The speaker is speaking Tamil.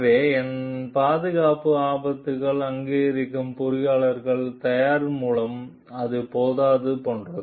எனவே என் பாதுகாப்பு ஆபத்துகள் அங்கீகரிக்க பொறியாளர்கள் தயார் மூலம் அது போதாது போன்ற